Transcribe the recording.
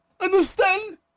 Understand